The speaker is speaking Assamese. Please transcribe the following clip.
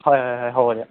হয় হয় হয় হ'ব দিয়ক